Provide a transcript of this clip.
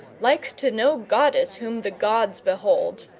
like to no goddess whom the gods behold,